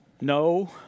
no